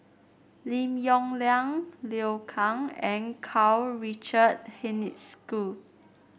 Lim Yong Liang Liu Kang and Karl Richard Hanit School